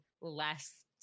less